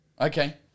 Okay